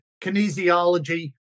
kinesiology